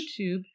YouTube